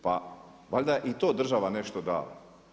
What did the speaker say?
Pa valjda i to država nešto da.